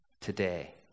today